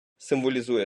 символізує